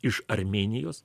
iš armėnijos